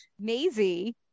Maisie